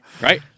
right